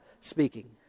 speaking